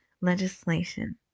legislation